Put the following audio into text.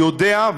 יודע,